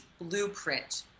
blueprint